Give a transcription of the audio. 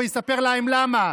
למה?